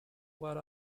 what